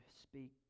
speak